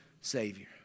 Savior